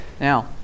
Now